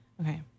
Okay